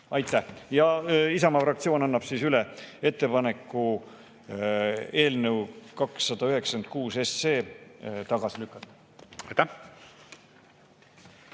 Aitäh! Isamaa fraktsioon annab üle ettepaneku eelnõu 296 tagasi lükata. Aitäh!